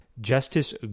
Justice